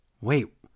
Wait